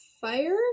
fire